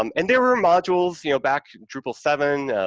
um and there were modules, you know, back drupal seven,